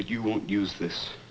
but you won't use this